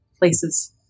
Places